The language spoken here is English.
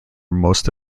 most